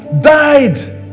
died